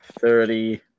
thirty